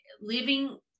living